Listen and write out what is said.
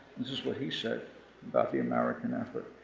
this is what he said about the american effort,